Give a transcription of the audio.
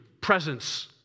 presence